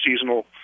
seasonal